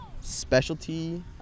specialty